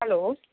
hello